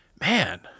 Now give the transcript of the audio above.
man